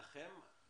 לכם?